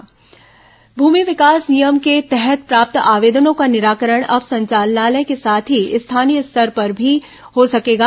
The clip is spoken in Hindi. मुमि विकास नियम भूमि विकास नियम के तहत प्राप्त आवेदनों का निराकरण अब संचालनालय के साथ ही स्थानीय स्तर पर भी हो सकेगा